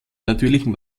natürlichen